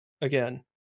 again